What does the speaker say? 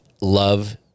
love